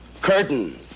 curtain